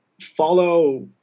follow